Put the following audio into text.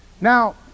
Now